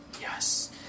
Yes